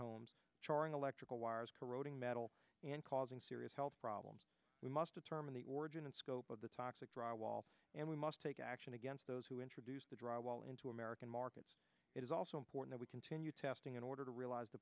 homes charring electrical wires corroding metal and causing serious health problems we must determine the origin and scope of the toxic drywall and we must take action against those who introduced the dry wall into american markets it is also important we continue testing in order to realize the